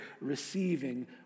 receiving